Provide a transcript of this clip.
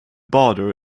border